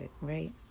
right